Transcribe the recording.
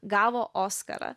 gavo oskarą